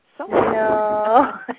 No